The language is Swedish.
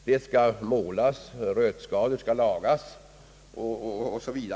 De skall målas, rötskador skall lagas o. s. Vv.